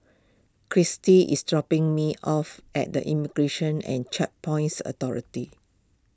Christie is dropping me off at the Immigration and Checkpoints Authority